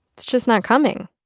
it's just not coming.